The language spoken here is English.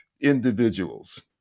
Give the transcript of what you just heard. individuals